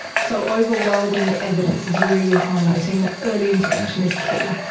so, overwhelming evidence is really highlighting that early intervention is key.